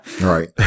Right